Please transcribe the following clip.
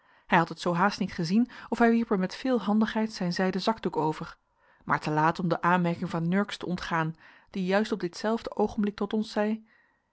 hij had het zoo haast niet gezien of hij wierp er met veel handigheid zijn zijden zakdoek over maar te laat om de aanmerking van nurks te ontgaan die juist op dit zelfde oogenblik tot ons zei